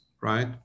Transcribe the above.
right